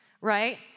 right